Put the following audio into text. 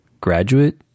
graduate